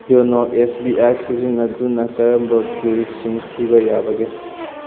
YONO S B I ꯁꯤꯖꯤꯟꯅꯗꯨꯅ ꯀꯔꯝꯕ ꯕꯤꯜꯁꯤꯡ ꯊꯤꯕ ꯌꯥꯕꯒꯦ